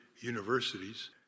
universities